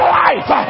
life